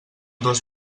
dos